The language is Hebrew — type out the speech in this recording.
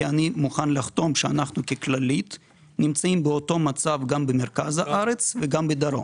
כי אני מוכן לחתום שאנחנו נמצאים באותו מצב גם במרכז הארץ וגם בדרום.